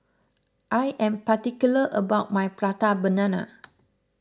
I am particular about my Prata Banana